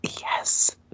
yes